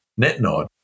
NetNod